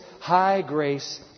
high-grace